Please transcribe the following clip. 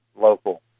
local